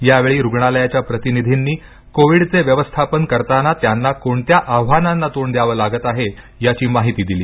यावेळी रुग्णालयाच्या प्रतिनिधींनी कोविडचे व्यवस्थापन करताना त्यांना कोणत्या आव्हानांना तोंड द्यावं लागत आहे याची माहिती दिली